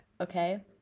okay